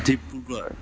Dibrugarh